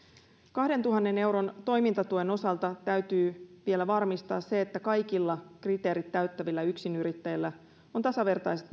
kahdentuhannen euron toimintatuen osalta täytyy vielä varmistaa että kaikilla kriteerit täyttävillä yksinyrittäjillä on tasavertaiset